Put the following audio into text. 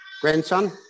grandson